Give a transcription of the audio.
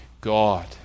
God